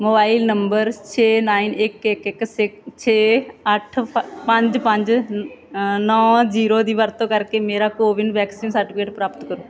mobile number ਛੇ nine ਇੱਕ ਇੱਕ ਇੱਕ ਛੇ ਅੱਠ ਪੰਜ ਪੰਜ ਨੌਂ ਜ਼ੀਰੋ ਦੀ ਵਰਤੋਂ ਕਰਕੇ ਮੇਰਾ ਕੋਵਿਨ ਵੈਕਸੀਨ ਸਰਟੀਫਿਕੇਟ ਪ੍ਰਾਪਤ ਕਰੋ